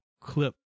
clip